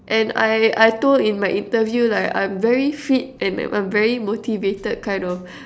and I I told in my interview like I'm very fit and I'm very motivated kind of